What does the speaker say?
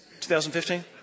2015